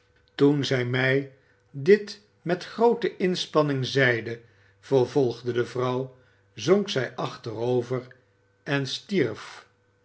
toen zij mij dit met groote inspanning zeide vervolgde de vrouw zonk zij achterover en stierf